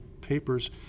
papers